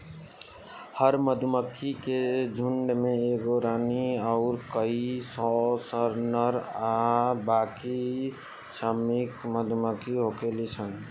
हर मधुमक्खी के झुण्ड में एगो रानी अउर कई सौ नर आ बाकी श्रमिक मधुमक्खी होखेली सन